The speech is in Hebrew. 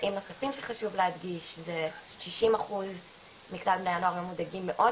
ממצאים נוספים שחשוב להדגיש זה ששים אחוז מכלל בני הנוער מודאגים מאוד,